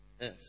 Yes